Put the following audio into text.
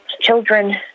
Children